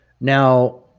Now